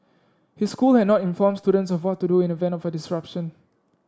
his school had not informed students of what to do in event of disruption